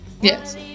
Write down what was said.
Yes